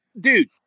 Dude